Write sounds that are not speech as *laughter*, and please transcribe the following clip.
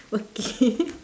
okay *laughs*